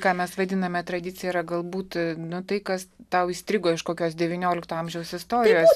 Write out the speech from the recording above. ką mes vadiname tradicija yra galbūt nu tai kas tau įstrigo iš kokios devyniolikto amžiaus istorijos